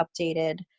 updated